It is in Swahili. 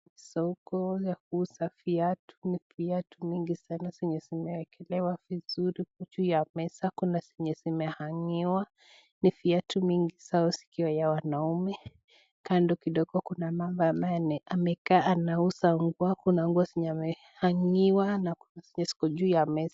Soko ya kuuza viatu, ni viatu mingi sana zenye zimewekelewa vizuri juu ya meza, kuna zenye zimehangiwa, ni viatu mingi, zao zikiwa za wanaume kando kidogo kuna mama ambaye amekaa anauza nguo, kuna nguo zenye amehangiwa na kuna zenye ziko juu ya meza.